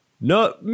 No